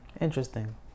Interesting